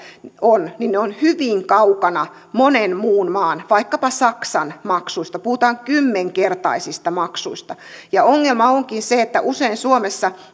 on niin ne ovat hyvin kaukana monen muun maan vaikkapa saksan maksuista puhutaan kymmenkertaisista maksuista ja ongelma onkin se että usein suomessa